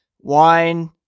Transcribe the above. wine